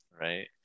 Right